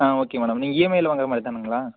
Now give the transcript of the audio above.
ஆ okay madam நீங்கள் இஎம்ஐயில் வாங்குறமாதிரிதானுங்களா